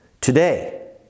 today